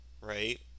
right